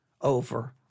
over